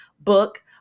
book